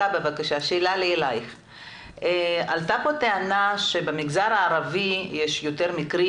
שאלה, עלתה פה טענה שבמגזר הערבי יש יותר מקרים